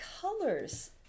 colors